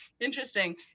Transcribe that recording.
interesting